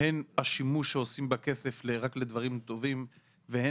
הן השימוש שעושים בכסף רק לדברים טובים והן